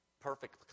Perfect